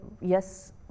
yes